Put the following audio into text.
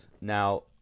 Now